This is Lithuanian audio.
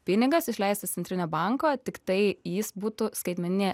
pinigas išleistas centrinio banko tiktai jis būtų skaitmeninė